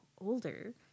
older